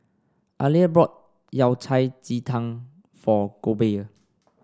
Aleah bought Yao Cai Ji Tang for Goebel